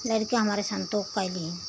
लड़का हमारे संतोष खा लिया